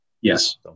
Yes